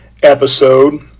Episode